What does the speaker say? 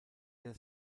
der